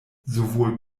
sowohl